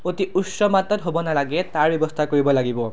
অতি উচ্চ মাত্ৰাত হ'ব নালাগে তাৰ ব্যৱস্থা কৰিব লাগিব